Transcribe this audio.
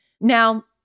Now